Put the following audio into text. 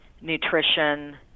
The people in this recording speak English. nutrition